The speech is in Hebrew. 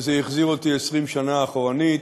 וזה החזיר אותי 20 שנה אחורנית.